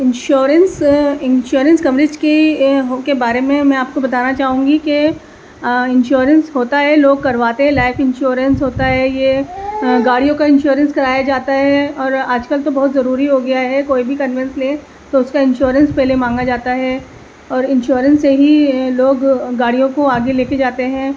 insurance insurance coverage کے ہو کے بارے میں میں آپ کو بتانا چاہوں گی کہ انشورنس ہوتا ہے لوگ کرواتے ہیں لائف انشورنس ہوتا ہے یہ گاڑیوں کا انشورنس کرایا جاتا ہے اور آج کل تو بہت ضروری ہو گیا ہے کوئی بھی کنوینس لے تو اس کا انشورنس پہلے مانگا جاتا ہے اور انشورنس سے ہی لوگ گاڑیوں کو آگے لے کے جاتے ہیں